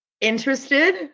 interested